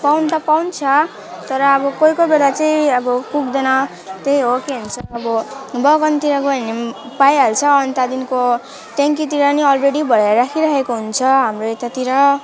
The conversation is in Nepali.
पाउनु त पाउँछ तर अब कोही कोही बेला चाहिँ अब पुग्दैन त्यही हो के भन्छ अब बगानतिर गयो भने पनि पाइहाल्छ अनि त्यहाँदेखिको ट्याङ्कीतिर नि अलरेडी भराई राखिराखेको हुन्छ हाम्रो यतातिर